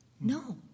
No